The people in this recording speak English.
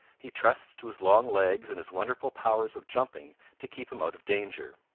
he trusts to his long legs and his wonderful powers of jumping to keep him out of danger.